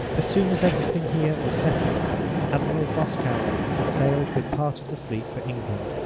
soon as every thing here was settled admiral boscawen sailed with part of the fleet for england,